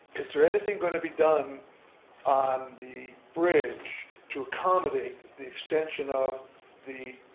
is there anything going to be done on the bridge to accommodate the extension of the